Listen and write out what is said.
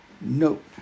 Note